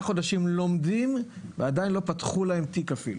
חודשים לומדים ועדיין לא פתחו להם תיק אפילו.